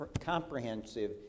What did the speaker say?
comprehensive